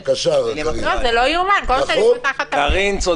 בבקשה, קארין.